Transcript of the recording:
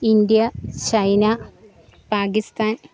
India China Pakistan